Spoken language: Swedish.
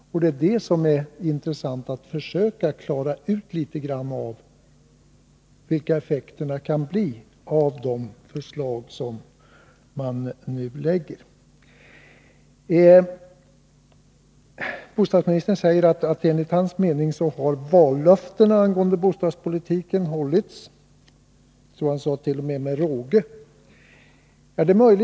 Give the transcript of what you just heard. Därför är det intressant att försöka klara ut vilka effekterna kan bli av de förslag som nu läggs fram. Bostadsministern säger att vallöftena angående bostadspolitiken enligt hans mening har hållits, t.o.m. med råge, som han sade.